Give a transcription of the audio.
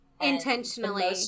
intentionally